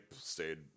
stayed